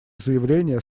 заявление